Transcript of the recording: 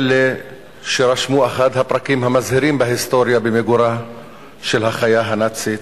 אלה שרשמו אחד הפרקים המזהירים בהיסטוריה במיגורה של החיה הנאצית,